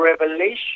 revelation